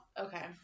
Okay